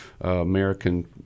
American